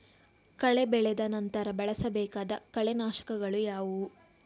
ಕಳೆ ಬೆಳೆದ ನಂತರ ಬಳಸಬೇಕಾದ ಕಳೆನಾಶಕಗಳು ಯಾವುವು?